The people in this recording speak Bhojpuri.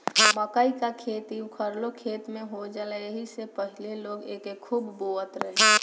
मकई कअ खेती उखठलो खेत में हो जाला एही से पहिले लोग एके खूब बोअत रहे